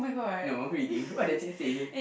no really what does it say